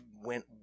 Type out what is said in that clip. went